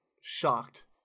shocked